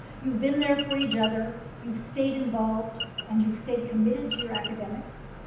you've been there for each other. you've stayed involved, and you've stayed committed to your academics.